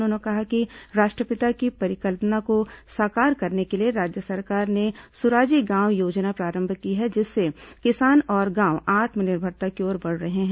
उन्होंने कहा कि राष्ट्रपिता की परिकल्पना को साकार करने के लिए राज्य सरकार ने सुराजी गांव योजना प्रारंभ की है जिससे किसान और गांव आत्मनिर्भरता की ओर बढ़ रहे हैं